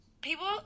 people